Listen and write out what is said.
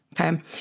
Okay